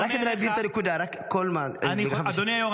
רק כדי להבהיר את הנקודה --- אדוני היו"ר,